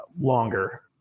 longer